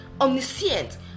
omniscient